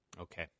Okay